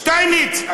שטייניץ,